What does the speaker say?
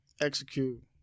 Execute